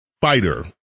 fighter